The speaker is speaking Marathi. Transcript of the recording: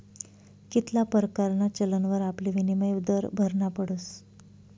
कित्ला परकारना चलनवर आपले विनिमय दर भरना पडस